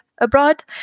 abroad